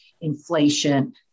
inflation